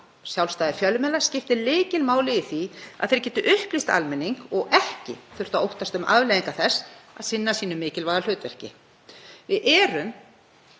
Sjálfstæði fjölmiðla skiptir lykilmáli í því að þeir geti upplýst almenning og þurfi ekki að óttast um afleiðingar þess að sinna sínu mikilvæga hlutverki. Við erum